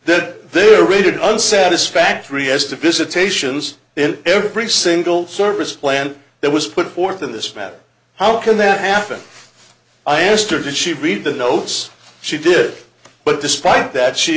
that they really did one satisfactory as to visitations in every single service plan that was put forth in this matter how can that happen i asked her did she read the notes she did but despite that she